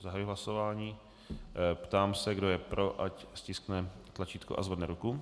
Zahajuji hlasování a ptám se, kdo je pro, ať stiskne tlačítko a zvedne ruku.